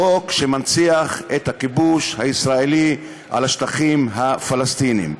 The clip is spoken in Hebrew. חוק שמנציח את הכיבוש הישראלי על השטחים הפלסטיניים.